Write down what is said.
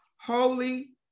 holy